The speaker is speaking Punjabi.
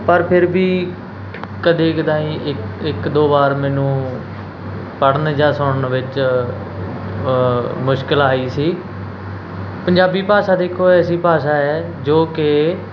ਪਰ ਫਿਰ ਵੀ ਕਦੇ ਕਦਾਈ ਇੱਕ ਇੱਕ ਦੋ ਵਾਰ ਮੈਨੂੰ ਪੜ੍ਹਨ ਜਾਂ ਸੁਣਨ ਵਿੱਚ ਮੁਸ਼ਕਿਲ ਆਈ ਸੀ ਪੰਜਾਬੀ ਭਾਸ਼ਾ ਦੇਖੋ ਐਸੀ ਭਾਸ਼ਾ ਹੈ ਜੋ ਕਿ